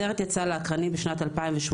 הסרט יצא לאקרנים בשנת 2018,